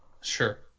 Sure